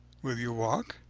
will you walk?